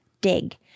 Dig